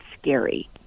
scary